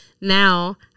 now